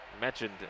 mentioned